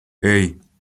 hey